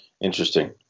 Interesting